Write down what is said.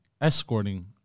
escorting